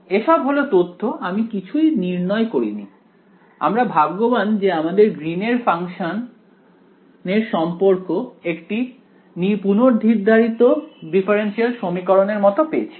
এসব হলো তথ্য আমি কিছুই নির্ণয় করিনি আমরা ভাগ্যবান যে আমাদের গ্রীন এর ফাংশনের সম্পর্ক একটি পুনর্নির্ধারিত ডিফারেনশিয়াল সমীকরণ এর মত পেয়েছি